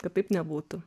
kad taip nebūtų